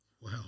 wow